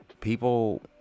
people